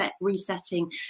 resetting